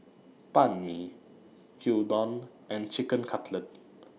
Banh MI Gyudon and Chicken Cutlet